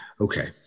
okay